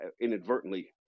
inadvertently